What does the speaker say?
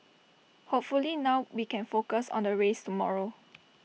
hopefully now we can focus on the race tomorrow